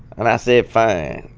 and i said, fine.